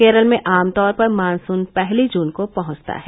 केरल में आमतौर पर मॉनसून पहली जून को पहुंचता है